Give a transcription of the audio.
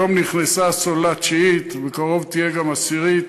היום נכנסה סוללה תשיעית, בקרוב תהיה גם עשירית.